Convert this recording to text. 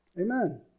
Amen